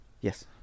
Yes